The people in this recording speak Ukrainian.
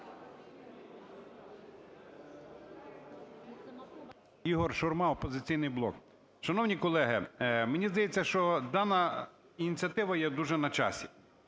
Ігор Шурма, "Опозиційний блок". Шановні колеги, мені здається, що дана ініціатива є дуже на часі.